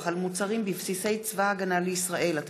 דברי הכנסת כה / מושב שלישי / ישיבות רכ"ו